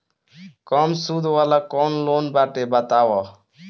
कम सूद वाला कौन लोन बाटे बताव?